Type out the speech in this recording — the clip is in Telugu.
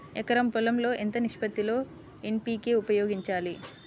ఎకరం పొలం లో ఎంత నిష్పత్తి లో ఎన్.పీ.కే ఉపయోగించాలి?